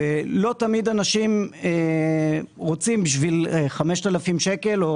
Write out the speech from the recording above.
ולא תמיד אנשים רוצים בשביל 5,000 שקלים או